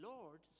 Lord